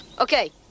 Okay